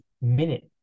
minute